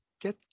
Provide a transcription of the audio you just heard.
Get